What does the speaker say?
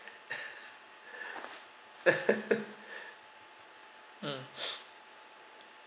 mm